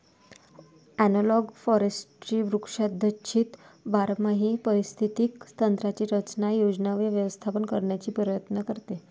analogue forestry वृक्षाच्छादित बारमाही पारिस्थितिक तंत्रांची रचना, योजना व व्यवस्थापन करण्याचा प्रयत्न करते